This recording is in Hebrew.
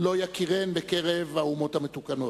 לא יכירן בקרב האומות המתוקנות.